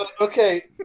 Okay